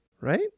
right